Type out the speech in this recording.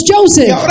Joseph